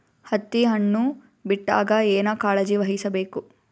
ಹತ್ತಿ ಹಣ್ಣು ಬಿಟ್ಟಾಗ ಏನ ಕಾಳಜಿ ವಹಿಸ ಬೇಕು?